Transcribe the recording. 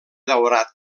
daurat